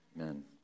Amen